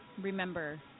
remember